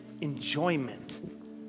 enjoyment